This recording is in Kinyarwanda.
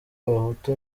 abahutu